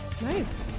Nice